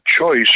choice